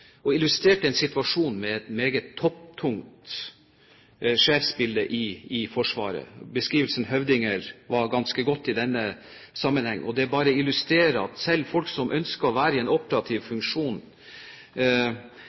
og illustrert en situasjon med et meget topptungt sjefsbilde i Forsvaret. Beskrivelsen «høvdinger» var ganske god i denne sammenheng. Det bare illustrerer at selv folk som ønsker å være i en operativ